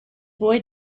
boy